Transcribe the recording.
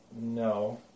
No